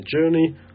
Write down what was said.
journey